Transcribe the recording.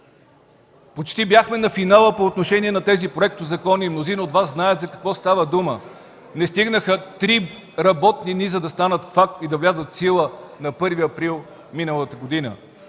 Почти бяхме на финала по отношение на тези проектозакони и мнозина от Вас знаят за какво става дума. Не стигнаха три работни дни, за да станат факт и да влязат в сила на 1 април, миналата година.